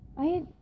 I-